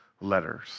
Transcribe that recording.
letters